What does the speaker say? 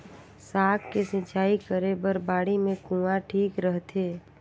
साग के सिंचाई करे बर बाड़ी मे कुआँ ठीक रहथे?